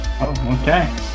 Okay